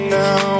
now